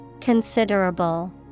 Considerable